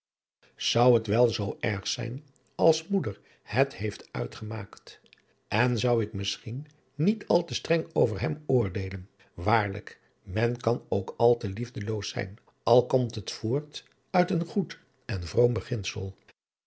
zou het wel zoo erg zijn als moeder het heeft uitgemaakt en zou ik misschien niet al te streng over hem oordeelen waarlijk men kan ook al te liefdeloos zijn al komt het voort uit een goed en vroom beginsel